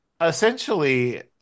essentially